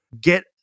Get